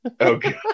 okay